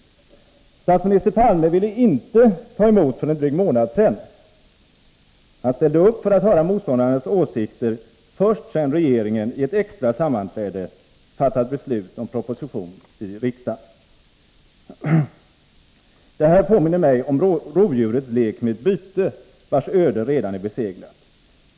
Statsminister Palme ville inte ta emot för en dryg månad sedan. Han ställde upp för att höra motståndarnas åsikter först sedan regeringen i ett extra sammanträde fattat beslut om proposition till riksdagen. Detta påminner mig om rovdjurets lek med ett byte, vars öde redan är beseglat.